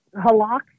Halak